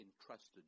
entrusted